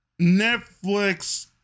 Netflix